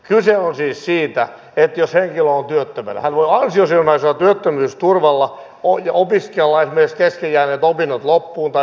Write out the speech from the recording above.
kyse on siis siitä että jos henkilö on työttömänä hän voi ansiosidonnaisella työttömyysturvalla opiskella esimerkiksi kesken jääneet opinnot loppuun tai opiskella lisää